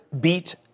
beat